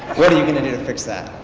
what are you gonna do to fix that?